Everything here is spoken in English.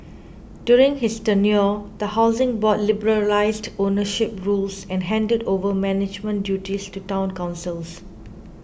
during his tenure the Housing Board liberalised ownership rules and handed over management duties to Town Councils